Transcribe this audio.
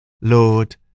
Lord